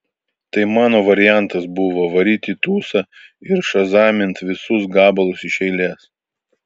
tai mano variantas buvo varyt į tūsą ir šazamint visus gabalus iš eilės